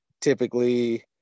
typically